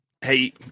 hey